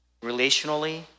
relationally